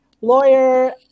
lawyer